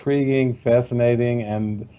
intriguing, fascinating, and